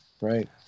right